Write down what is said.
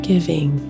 giving